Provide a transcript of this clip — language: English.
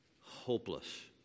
hopeless